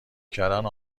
کردن